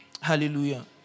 Hallelujah